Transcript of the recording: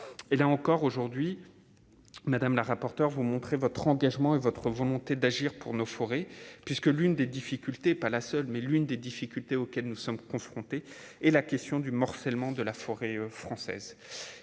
et là encore, aujourd'hui madame la rapporteure, vous montrez votre engagement et votre volonté d'agir pour nos forêts puisque l'une des difficultés, pas la seule, mais l'une des difficultés auxquelles nous sommes confrontés et la question du morcellement de la forêt française